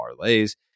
parlays